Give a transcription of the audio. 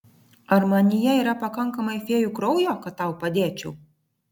ar manyje yra pakankamai fėjų kraujo kad tau padėčiau